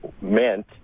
meant